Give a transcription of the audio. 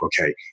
okay